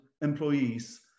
employees